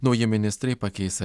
nauji ministrai pakeis